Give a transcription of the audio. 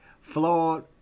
flawed